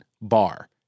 bar